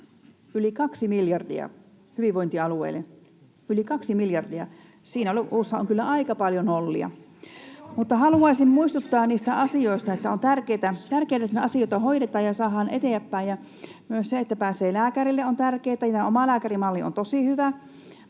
rästien hoitoon!] Siinä luvussa on kyllä aika paljon nollia. Mutta haluaisin muistuttaa niistä asioista, että on tärkeätä, että asioita hoidetaan ja saadaan eteenpäin. Myös se, että pääsee lääkärille, on tärkeätä, ja omalääkärimalli on tosi hyvä,